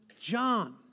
John